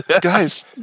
Guys